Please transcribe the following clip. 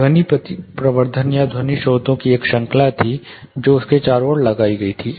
ध्वनि प्रवर्धन या ध्वनि स्रोतों की एक श्रृंखला थी जो उसके चारों ओर लगाई गई थी